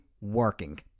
working